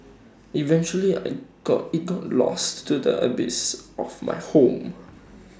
eventually I got IT got lost to the abyss of my home